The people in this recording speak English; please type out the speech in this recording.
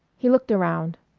he looked around.